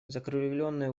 закруглённые